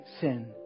sin